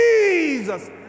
Jesus